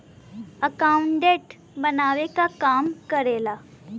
accountant बनावे क काम करेला